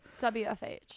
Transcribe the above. WFH